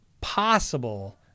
possible